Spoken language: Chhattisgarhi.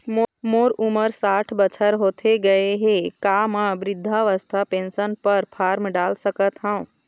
मोर उमर साठ बछर होथे गए हे का म वृद्धावस्था पेंशन पर फार्म डाल सकत हंव?